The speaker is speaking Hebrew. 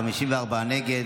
54 נגד.